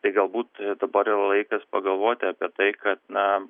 tai galbūt dabar yra laikas pagalvoti apie tai kad na